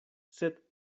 sed